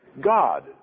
God